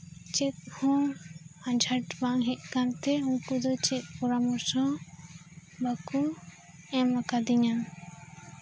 ᱪᱮᱫ ᱦᱚᱸ ᱟᱸᱡᱷᱟᱴ ᱵᱟᱝ ᱦᱮᱡ ᱠᱟᱱᱛᱮ ᱩᱱᱠᱩ ᱫᱚ ᱪᱮᱫ ᱯᱚᱨᱟᱢᱚᱨᱥᱚ ᱦᱚᱸ ᱵᱟᱠᱚ ᱮᱢᱟᱠᱟᱫᱤᱧᱟ